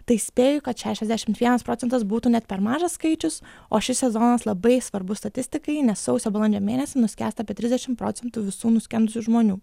tai spėju kad šešiasdešimt vienas procentas būtų net per mažas skaičius o šis sezonas labai svarbus statistikai nes sausio balandžio mėnesį nuskęsta apie trisdešimt procentų visų nuskendusių žmonių